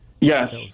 yes